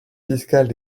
fiscales